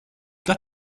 got